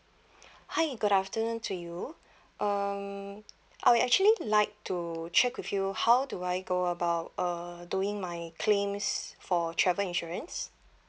hi good afternoon to you um I would actually like to check with you how do I go about uh doing my claims for travel insurance